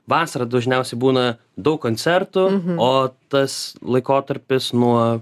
vasarą dažniausiai būna daug koncertų o tas laikotarpis nuo